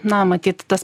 na matyt tas